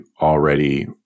already